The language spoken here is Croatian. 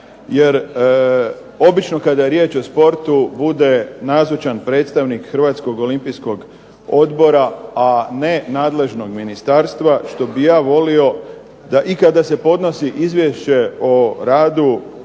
jer obično kada je riječ o sportu bude nazočan predstavnik Hrvatskog olimpijskog odbora, a ne nadležnog ministarstva što bih ja volio da i kada se podnosi izvješće o radu